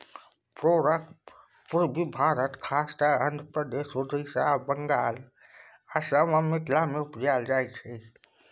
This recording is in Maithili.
परोर पुर्वी भारत खास कय आंध्रप्रदेश, उड़ीसा, बंगाल, असम आ मिथिला मे उपजाएल जाइ छै